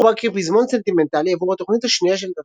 השיר חובר כפזמון סנטימנטלי עבור התוכנית השנייה של